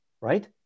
right